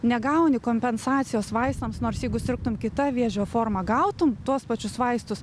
negauni kompensacijos vaistams nors jeigu sirgtum kita vėžio forma gautum tuos pačius vaistus